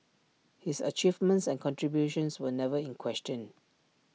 his achievements and contributions were never in question